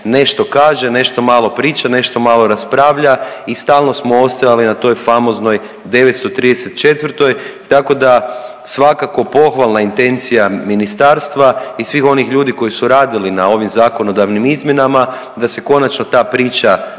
nešto kaže, nešto malo priča, nešto malo raspravlja i stalno smo ostajali na toj famoznoj '934., tako da svakako pohvalna intencija ministarstva i svih onih ljudi koji su radili na ovim zakonodavnim izmjenama da se konačno ta priča